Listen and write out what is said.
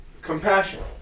Compassion